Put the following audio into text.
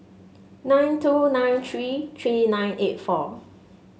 nine two nine three three nine eight four